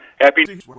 Happy